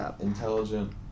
intelligent